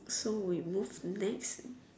so we move next